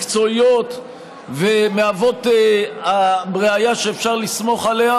מקצועיות והן ראיה שאפשר לסמוך עליה